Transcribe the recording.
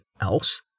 else